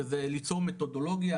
שזה ליצור מתודולוגיה,